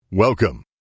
Welcome